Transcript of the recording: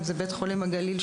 אם זה בית חולים הגליל,